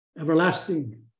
everlasting